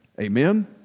Amen